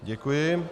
Děkuji.